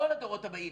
כל הדורות הבאים.